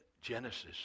Genesis